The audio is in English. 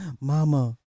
Mama